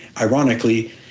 ironically—